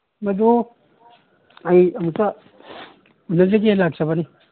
ꯃꯗꯨ ꯑꯩ ꯑꯃꯨꯛꯇ ꯎꯅꯖꯒꯦꯅ ꯂꯥꯛꯆꯕꯅꯤ